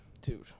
Dude